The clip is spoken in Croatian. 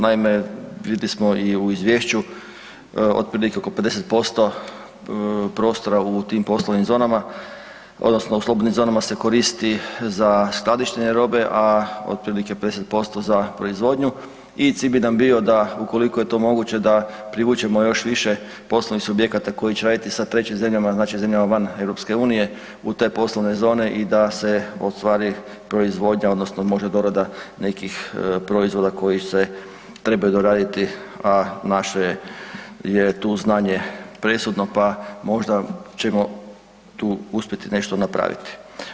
Naime, vidjeli smo i u izvješću otprilike oko 50% prostora u tim poslovnim zonama odnosno u slobodnim zonama se koristi za skladištenje robe a otprilike 50% za proizvodnju i cilj bi nam bio da ukoliko je to moguće, da privučemo još više poslovnih subjekata koji će raditi sa trećim zemljama, znači zemljama van EU-a, u te poslovne zone i da se ustvari proizvodnja odnosno možda dorada nekih proizvoda koji se trebaju doraditi a naše je tu znanje presudno pa možda ćemo tu uspjeti nešto napraviti.